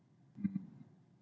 mm